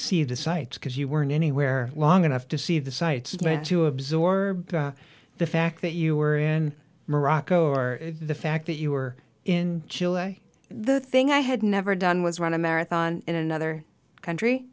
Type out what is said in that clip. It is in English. see the sights because you weren't anywhere long enough to see the sights to absorb the fact that you were in morocco or the fact that you were in chile the thing i had never done was run a marathon in another country